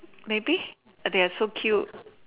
maybe but they are so cute